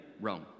Rome